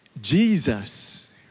Jesus